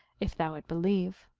if thou it believe.